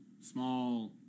small